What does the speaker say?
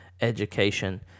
education